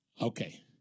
Okay